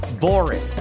boring